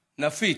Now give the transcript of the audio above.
נפיץ,